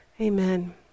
amen